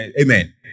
amen